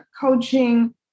coaching